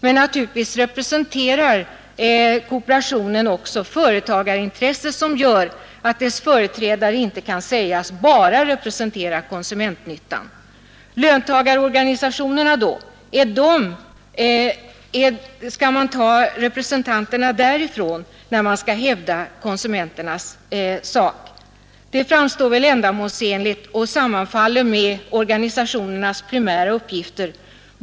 Men naturligtvis representerar kooperationen också företagarintressen som gör att dess företrädare inte kan sägas bara representera konsumentnyttan. Löntagarorganisationerna då? Skall man ta representanterna därifrån, när man skall hävda konsumenternas intressen? Det framstår väl som ändamålsenligt och sammanfaller också med organisationernas primära uppgifter.